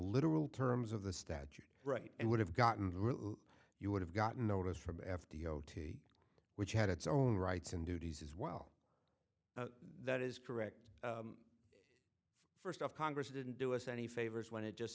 literal terms of the statute right it would have gotten through you would have gotten notice from f d o two which had its own rights and duties as well that is correct first of congress didn't do us any favors when it just